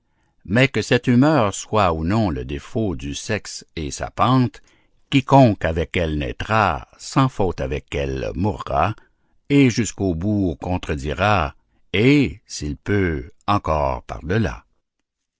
mais que cette humeur soit ou non le défaut du sexe et sa pente quiconque avec elle naîtra sans faute avec elle mourra et jusqu'au bout contredira et s'il peut encor par-delà